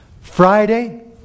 Friday